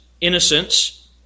innocence